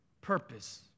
purpose